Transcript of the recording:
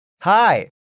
Hi